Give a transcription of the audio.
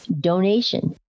donation